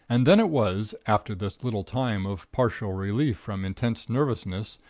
and then it was, after this little time of partial relief from intense nervousness,